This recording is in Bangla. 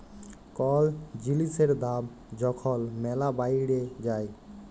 কল জিলিসের দাম যখল ম্যালা বাইড়ে যায়